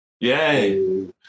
Yay